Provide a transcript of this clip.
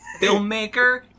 filmmaker